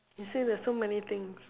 you say there's so many things